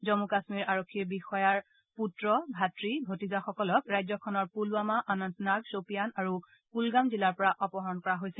জম্মু কাশ্মীৰ আৰক্ষী বিষয়াৰ পুত্ৰ ভাতৃ ভতিজাসকলক ৰাজ্যখনৰ পুলৱামা অনন্তনাগ শ্বপিয়ান আৰু কুলগাম জিলাৰ পৰা অপহৰণ কৰা হৈছে